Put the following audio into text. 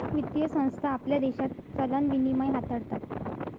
वित्तीय संस्था आपल्या देशात चलन विनिमय हाताळतात